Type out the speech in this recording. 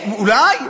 אולי.